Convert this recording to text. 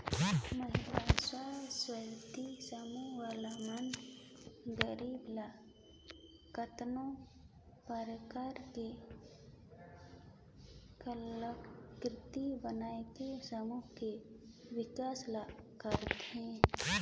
महिला स्व सहायता समूह वाले मन गोबर ले केतनो परकार के कलाकृति बनायके समूह के बिकास ल करथे